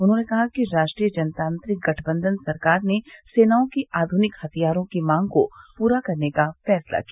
उन्होंने कहा कि राष्ट्रीय जनतांत्रिक गठबंधन सरकार ने सेनाओं की आध्निक हथियारों की मांग को पूरा करने का फैसला किया